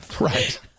Right